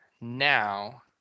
now